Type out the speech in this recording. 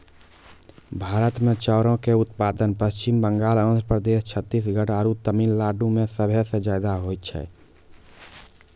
भारत मे चाउरो के उत्पादन पश्चिम बंगाल, आंध्र प्रदेश, छत्तीसगढ़ आरु तमिलनाडु मे सभे से ज्यादा होय छै